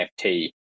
NFT